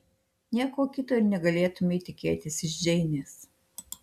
nieko kito ir negalėtumei tikėtis iš džeinės